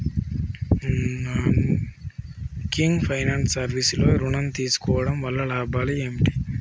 Non banking finance service లో ఋణం తీసుకోవడం వల్ల లాభాలు ఏమిటి?